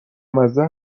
مزه